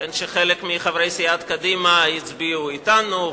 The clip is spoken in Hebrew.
שבו חלק מחברי סיעת קדימה הצביעו אתנו,